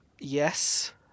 Yes